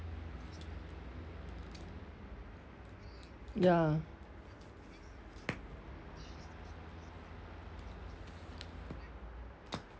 ya